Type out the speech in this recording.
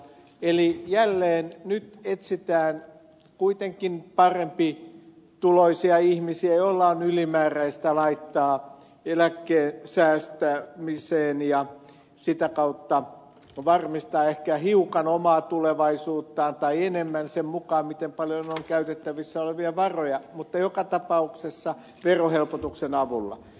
nyt jälleen etsitään kuitenkin parempituloisia ihmisiä joilla on ylimääräistä laittaa eläkesäästämiseen ja sitä kautta varmistaa ehkä hiukan omaa tulevaisuuttaan tai enemmän sen mukaan miten paljon on käytettävissä olevia varoja mutta joka tapauksessa verohelpotuksen avulla